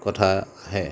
কথা আহে